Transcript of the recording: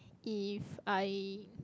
if I